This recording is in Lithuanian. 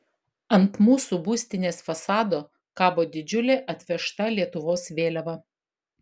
ant mūsų būstinės fasado kabo didžiulė atvežta lietuvos vėliava